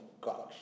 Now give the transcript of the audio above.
God